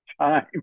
time